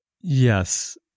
yes